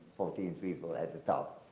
fourteen people at the top,